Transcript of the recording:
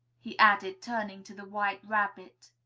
he added, turning to the white rabbit.